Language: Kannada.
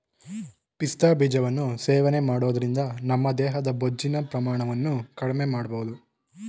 ಪಿಸ್ತಾ ಬೀಜಗಳನ್ನು ಸೇವನೆ ಮಾಡೋದ್ರಿಂದ ನಮ್ಮ ದೇಹದ ಬೊಜ್ಜಿನ ಪ್ರಮಾಣವನ್ನು ಕಡ್ಮೆಮಾಡ್ಬೋದು